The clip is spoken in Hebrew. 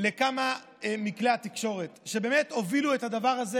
לכמה מכלי התקשורת שהובילו את הדבר הזה